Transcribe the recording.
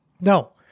No